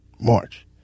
march